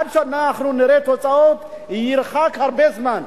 עד שאנחנו נראה תוצאות ייקח הרבה זמן.